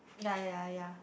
ya ya ya